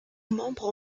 membres